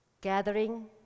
Gathering